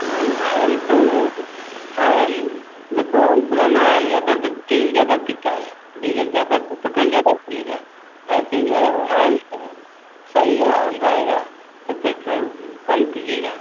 नहीं आयल तो आयल देखो हम पुराना आयल हो जाता है तो तेल ज़्यादा पीता है डीजल ज़्यादा पेट्रोल ज़्यादा पिएगा ऐसे जो है वह आयल थोड़ा सही आयल रहेगा तो पेट्रोल कम पिएगा